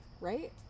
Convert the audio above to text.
Right